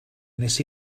nes